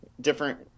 different